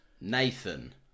Nathan